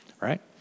Right